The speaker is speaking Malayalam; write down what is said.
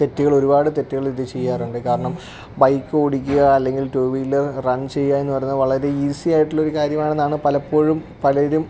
തെറ്റുകൾ ഒരുപാട് തെറ്റുകൾ ഇതു ചെയ്യാറുണ്ട് കാരണം ബൈക്ക് ഓടിക്കുക അല്ലെങ്കിൽ ടൂ വീലർ റൺ ചെയ്യുക എന്നു പറയുന്നത് വളരെ ഈസി ആയിട്ടുള്ള ഒരു കാര്യമാണ് എന്നാണ് പലപ്പോഴും പലരും